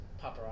Paparazzi